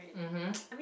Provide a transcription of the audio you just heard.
mmhmm